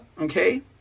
okay